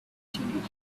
teenagers